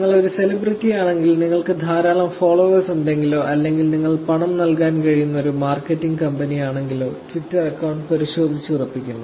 നിങ്ങൾ ഒരു സെലിബ്രിറ്റിയാണെങ്കിൽ നിങ്ങൾക്ക് ധാരാളം ഫോളോവേഴ്സ് ഉണ്ടെങ്കിലോ അല്ലെങ്കിൽ നിങ്ങൾ പണം നൽകാൻ കഴിയുന്ന ഒരു മാർക്കറ്റിംഗ് കമ്പനിയാണെങ്കിലോ ട്വിറ്റർ അക്കൌണ്ട് പരിശോധിച്ചുറപ്പിക്കുന്നു